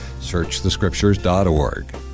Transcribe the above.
searchthescriptures.org